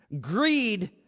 Greed